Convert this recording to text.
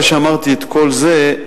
אחרי שאמרתי את כל זה,